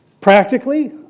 Practically